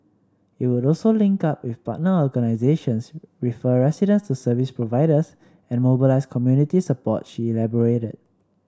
it would also link up with partner organisations refer residents to service providers and mobilise community support she elaborated